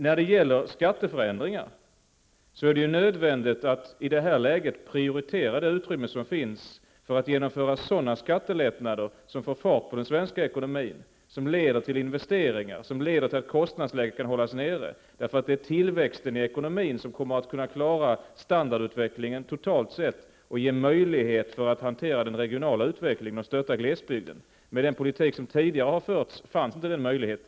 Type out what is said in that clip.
När det gäller skatteförändringar är det nödvändigt att i det här läget prioritera det utrymme som finns för att genomföra sådana skattelättnader som får fart på den svenska ekonomin, som leder till investeringar och som leder till att kostnadsläget kan hållas nere. Det är tillväxten i ekonomin som kommer att kunna klara standardutvecklingen totalt sett och ge möjligheter att hantera den regionala utvecklingen och stötta glesbygden. Med den politik som fördes tidigare fanns inte den möjligheten.